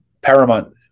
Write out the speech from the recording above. paramount